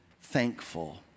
thankful